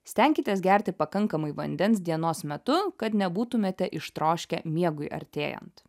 stenkitės gerti pakankamai vandens dienos metu kad nebūtumėte ištroškę miegui artėjant